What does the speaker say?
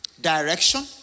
direction